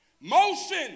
Motion